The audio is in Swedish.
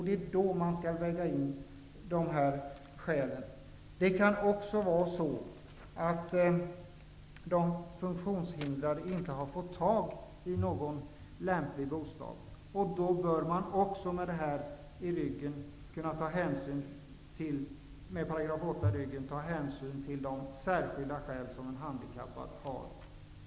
Det är då dessa skäl skall vägas in i bedömningen. Det kan också vara så att den funktionshindrade inte har fått tag på någon lämplig bostad. Då bör man också kunna med hjälp av 8 § ta hänsyn till de särskilda skäl som en handikappad kan ha.